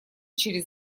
через